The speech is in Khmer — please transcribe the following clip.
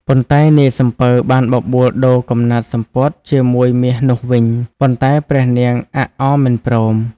ប៉ុន្តែ នាយសំពៅបានបបួលដូរកំណាត់សំពត់ជាមួយមាសនោះវិញ ប៉ុន្តែ ព្រះនាងអាក់អមិនព្រម ។